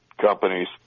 companies